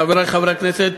חברי חברי הכנסת,